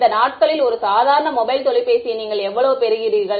இந்த நாட்களில் ஒரு சாதாரண மொபைல் தொலைபேசியை நீங்கள் எவ்வளவு பெறுகிறீர்கள்